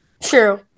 True